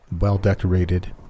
Well-decorated